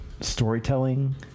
storytelling